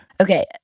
Okay